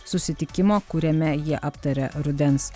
susitikimo kuriame jie aptaria rudens